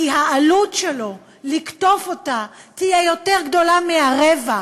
כי לקטוף אותה יעלה יותר מאשר הרווח.